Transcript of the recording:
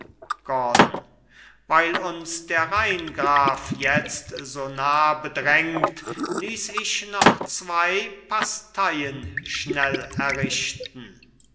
gordon weil uns der rheingraf jetzt so nah bedrängt ließ ich noch zwei basteien schnell errichten